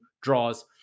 draws